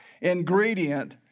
ingredient